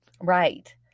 Right